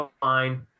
fine